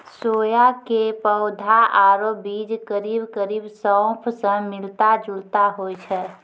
सोया के पौधा आरो बीज करीब करीब सौंफ स मिलता जुलता होय छै